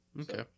Okay